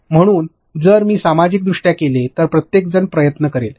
होय म्हणून जर मी सामाजिकदृष्ट्या केले तर प्रत्येक जण प्रयत्न करेल